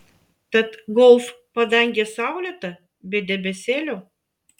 tad golf padangė saulėta be debesėlio